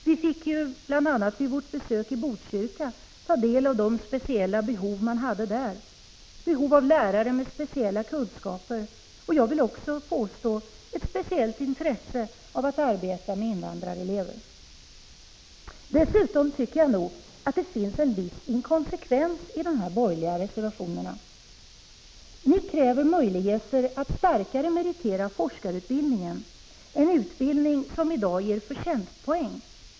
Vid vårt besök i Botkyrka fick vi bl.a. ta del av de speciella behov man hade där, behov av lärare med speciella kunskaper och — vill jag också påpeka — behov av människor som är speciellt intresserade av att arbeta med invandrarelever. För det andra tycker jag nog att det finns en viss inkonsekvens i de borgerliga reservationerna. Ni kräver möjligheter att starkare meritera forskarutbildningen, en utbildning som i dag ger förtjänstpoäng.